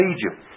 Egypt